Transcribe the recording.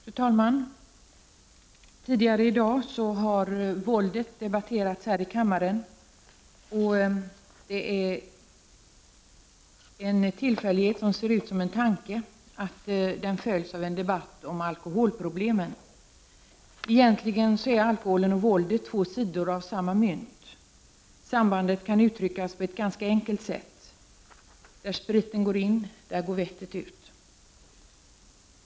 Fru talman! Tidigare i dag har våldet debatterats här i kammaren. Det är en tillfällighet som ser ut som en tanke att det följs av en debatt om alkoholproblemen. Egentligen är alkoholen och våldet två sidor av samma mynt. Sambandet kan uttryckas på ett ganska enkelt sätt: Där spriten går in, där går vettet ut.